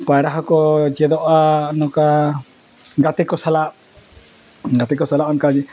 ᱯᱟᱭᱨᱟ ᱦᱚᱸᱠᱚ ᱪᱮᱫᱚᱜᱼᱟ ᱱᱚᱝᱠᱟ ᱜᱟᱛᱮ ᱠᱚ ᱥᱟᱞᱟᱜ ᱜᱟᱛᱮ ᱠᱚ ᱥᱟᱞᱟᱜ ᱚᱱᱠᱟᱜᱮ